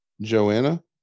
Joanna